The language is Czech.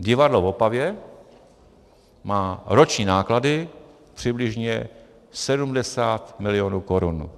Divadlo v Opavě má roční náklady přibližně 70 milionů korun.